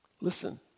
listen